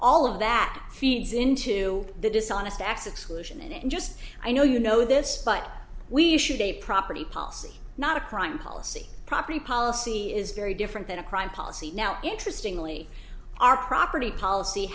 all of that feeds into the dishonest acts exclusion and just i know you know this but we issued a property policy not a crime policy property policy is very different than a crime policy now interestingly our property policy